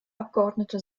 abgeordnete